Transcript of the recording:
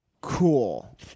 cool